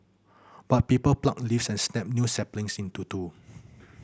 but people pluck leaves and snap new saplings into two